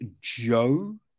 joe